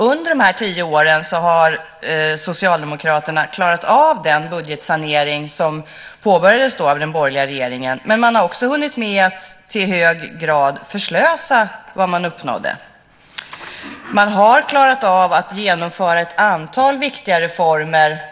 Under de här tio åren har Socialdemokraterna klarat av den budgetsanering som påbörjades av den borgerliga regeringen, men man har också hunnit med att i hög grad förslösa vad man uppnådde. Man har klarat av att genomföra ett antal viktiga reformer.